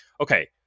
okay